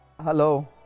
Hello